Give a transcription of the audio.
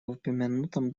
упомянутом